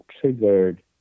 triggered